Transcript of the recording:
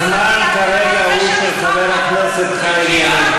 הזמן כרגע הוא של חבר הכנסת חיים ילין.